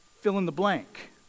fill-in-the-blank